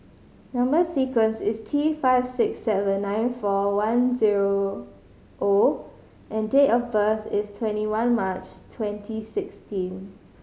number sequence is T five six seven nine four one zeroO and date of birth is twenty one March twenty sixteen